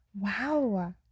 Wow